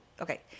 Okay